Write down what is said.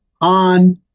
on